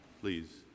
Please